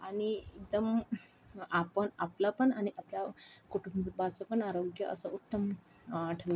आणि एकदम आपण आपलं पण आणि आपल्या कुटुंबाचं पण आरोग्य असं उत्तम ठेवू शकतो